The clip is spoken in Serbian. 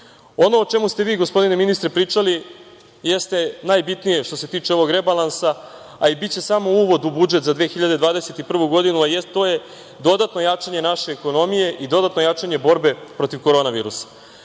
o čemu ste vi gospodine ministre pričali jeste najbitnije što se tiče ovog rebalansa, a i biće samo uvod u budžet za 2021. godinu, a to je dodatno jačanje naše ekonomije i dodatno jačanje borbe protiv Korona virusa.